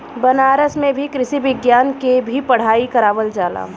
बनारस में भी कृषि विज्ञान के भी पढ़ाई करावल जाला